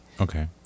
okay